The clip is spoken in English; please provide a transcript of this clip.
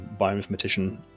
bioinformatician